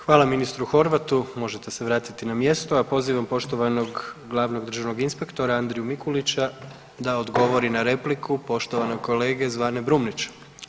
Hvala ministru Horvatu, možete se vratiti na mjesto, a pozivam poštovanog glavnog državnog inspektora Andriju Mikulića da odgovori na repliku poštovanog kolege Zvane Brumnića.